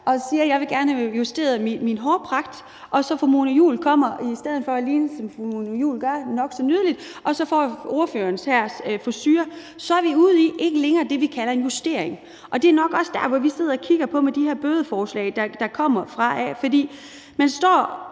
og siger, at hun gerne vil have justeret sin hårpragt, og fru Mona Juul så ikke kommer til at ligne det, fru Mona Juul gør – nok så nydelig – men får ordføreren hers frisure, så er vi ikke længere ude i det, vi kalder en justering. Det er nok også der, vi er, når vi sidder og kigger på de der bødeforslag, der kommer. For man står